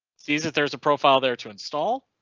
see that there's a profile there to install.